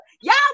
y'all